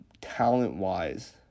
talent-wise